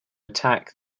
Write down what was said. attack